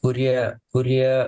kurie kurie